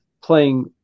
playing